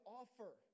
offer